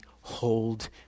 hold